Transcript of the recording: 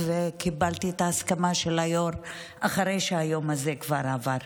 וקיבלתי את ההסכמה של היו"ר אחרי שהיום הזה כבר עבר,